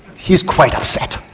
he's quite upset,